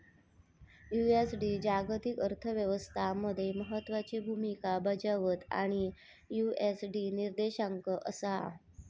USD जागतिक अर्थ व्यवस्था मध्ये महत्त्वाची भूमिका बजावता आणि यु.एस.डी निर्देशांक असा